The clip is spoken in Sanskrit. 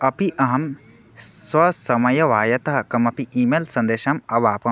अपि अहं स्वसमयवायतः कमपि ई मेल् सन्देशम् अवापम्